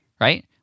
right